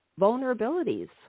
vulnerabilities